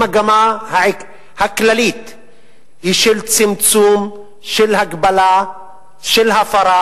המגמה הכללית היא של צמצום, של הגבלה, של הפרה,